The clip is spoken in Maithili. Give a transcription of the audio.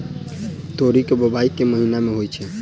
तोरी केँ बोवाई केँ महीना मे होइ छैय?